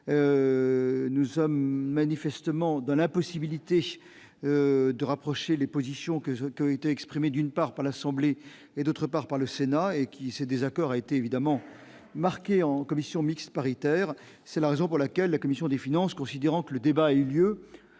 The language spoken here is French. nous sommes manifestement de la possibilité de rapprocher les positions que je peux été exprimée d'une part par l'Assemblée et, d'autre part, par le Sénat et qui s'est désaccord a été évidemment marqué en commission mixte paritaire, c'est la raison pour laquelle la commission des finances, considérant que le débat a eu lieu,